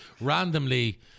Randomly